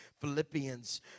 Philippians